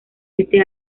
este